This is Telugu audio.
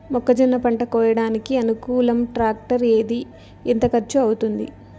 మొక్కజొన్న పంట కోయడానికి అనుకూలం టాక్టర్ ఏది? ఎంత ఖర్చు అవుతుంది?